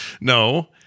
no